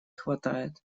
хватает